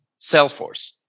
Salesforce